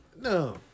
No